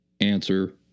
Answer